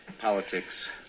politics